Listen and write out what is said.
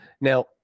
Now